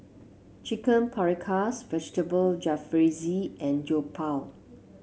Chicken Paprikas Vegetable Jalfrezi and Jokbal